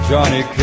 Johnny